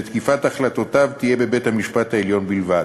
ותקיפת החלטותיו תהיה בבית-המשפט העליון בלבד.